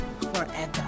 forever